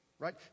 right